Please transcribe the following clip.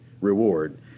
reward